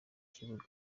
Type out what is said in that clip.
kibuga